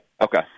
Okay